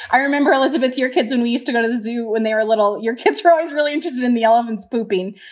i remember, elizabeth, your kids, when we used to go to the zoo when they were little. your kids were always really interested in the elephants pooping.